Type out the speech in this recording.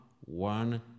one